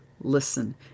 listen